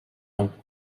tons